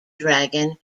dragon